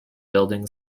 building